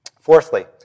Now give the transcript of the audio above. Fourthly